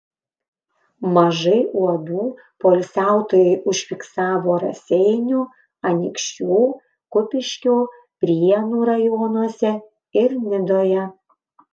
mažai uodų poilsiautojai užfiksavo raseinių anykščių kupiškio prienų rajonuose ir nidoje